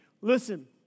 listen